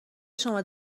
شما